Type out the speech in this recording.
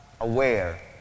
aware